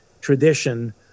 tradition